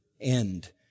end